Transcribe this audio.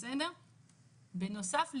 בנוסף לזה,